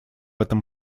этом